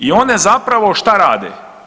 I one zapravo, šta rade?